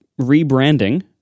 rebranding